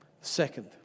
Second